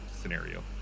scenario